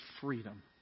freedom